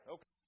Okay